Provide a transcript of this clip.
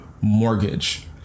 mortgage